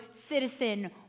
citizen